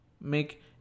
make